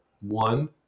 one